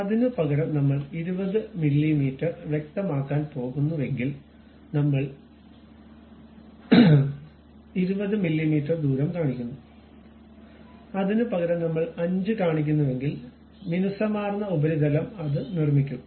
അതിനുപകരം നമ്മൾ 20 മില്ലീമീറ്റർ വ്യക്തമാക്കാൻ പോകുന്നുവെങ്കിൽ അത് 20 മില്ലീമീറ്റർ ദൂരം കാണിക്കുന്നു അതിനുപകരം നമ്മൾ 5 കാണിക്കുന്നുവെങ്കിൽ മിനുസമാർന്ന ഉപരിതലം അത് നിർമ്മിക്കും